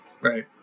Right